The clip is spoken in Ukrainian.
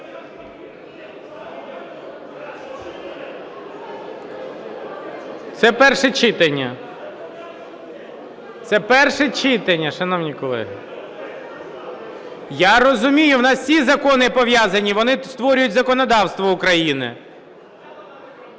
Це перше читання. Це перше читання, шановні колеги. Я розумію, у нас всі закони пов'язані, вони створюють законодавство України.